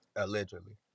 Allegedly